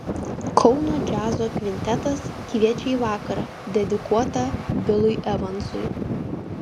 kauno džiazo kvintetas kviečia į vakarą dedikuotą bilui evansui